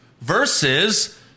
versus